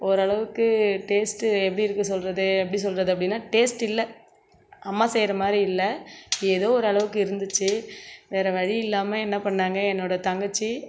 ஓரளவுக்கு டேஸ்ட் எப்படி இருக்கு சொல்வது எப்படி சொல்வது அப்படினா டேஸ்ட் இல்லை அம்மா செய்யற மாதிரி இல்லை ஏதோ ஓரளவுக்கு இருந்துச்சு வேறே வழி இல்லாமல் என்ன பண்ணாங்க என்னோடய தங்கச்சி